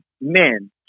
men